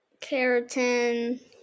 Keratin